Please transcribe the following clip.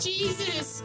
Jesus